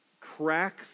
Crack